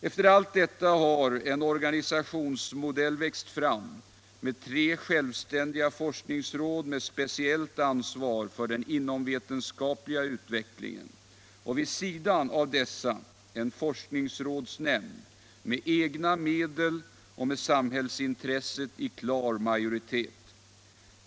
Efter allt detta har en organisationsmodell växt fram med tre självständiga forskningsråd med speciellt ansvar för den inomvetenskapliga utvecklingen, och vid sidan av dessa en forskningsrådsnämnd med egna medel och med samhällsintresset i klar majoritet.